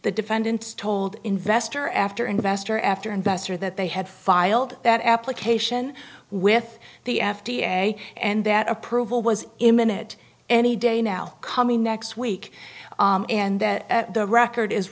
the defendants told investor after investor after investor that they had filed that application with the f d a and that approval was imminent any day now coming next week and that the record is